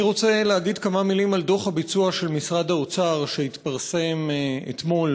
אני רוצה להגיד כמה מילים על דוח הביצוע של משרד האוצר שהתפרסם אתמול.